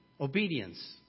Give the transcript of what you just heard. obedience